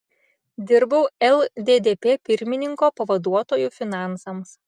dirbau lddp pirmininko pavaduotoju finansams